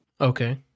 Okay